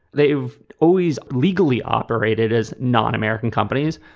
they've always legally operated as non american companies.